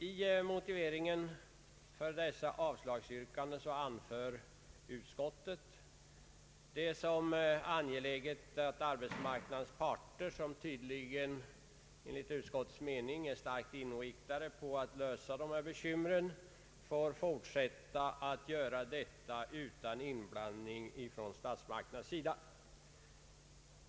I motiveringen för detta avslagsyrkande anför utskottet att det är angeläget att arbetsmarknadens parter, som enligt utskottets mening är starkt inriktade på att lösa dessa bekymmer, får fortsätta att göra detta utan inblandning från statsmakternas sida.